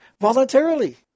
voluntarily